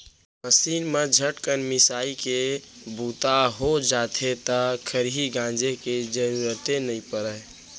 machine म झटकन मिंसाइ के बूता हो जाथे त खरही गांजे के जरूरते नइ परय